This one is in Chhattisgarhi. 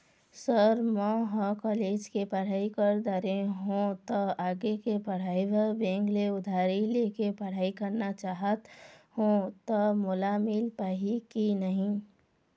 सर म ह कॉलेज के पढ़ाई कर दारें हों ता आगे के पढ़ाई बर बैंक ले उधारी ले के पढ़ाई करना चाहत हों ता मोला मील पाही की नहीं?